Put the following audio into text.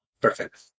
Perfect